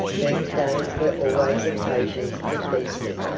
birthdays were always occasions for feasting.